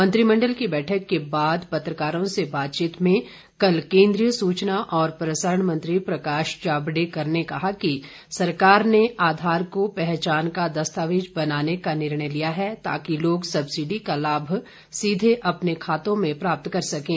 मंत्रिमंडल की बैठक के बाद पत्रकारों से बातचीत में केन्द्रीय सूचना और प्रसारण मंत्री प्रकाश जावडेकर ने कहा कि सरकार ने आधार को पहचान का दस्तावेज बनाने का निर्णय लिया है ताकि लोग सब्सिडी का लाभ सीधे अपने बैंक खातों में प्राप्त कर सकें